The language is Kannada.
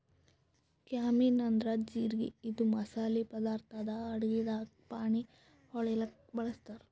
ಕ್ಯೂಮಿನ್ ಅಂದ್ರ ಜಿರಗಿ ಇದು ಮಸಾಲಿ ಪದಾರ್ಥ್ ಅದಾ ಅಡಗಿದಾಗ್ ಫಾಣೆ ಹೊಡ್ಲಿಕ್ ಬಳಸ್ತಾರ್